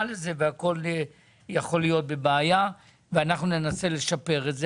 לזה והכול יכול להיות בבעיה ואנחנו ננסה לשפר את זה,